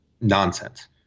nonsense